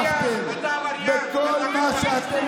כמה פעמים הורשעת?